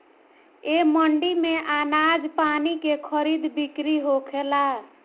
ए मंडी में आनाज पानी के खरीद बिक्री होखेला